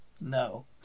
no